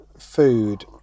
food